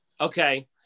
Okay